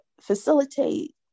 facilitate